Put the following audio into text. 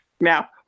now